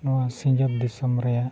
ᱱᱚᱣᱟ ᱥᱤᱧᱚᱛ ᱫᱤᱥᱚᱢ ᱨᱮᱭᱟᱜ